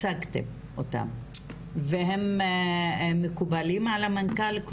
הצגתם אותם והם מקובלים על המנכ"ל?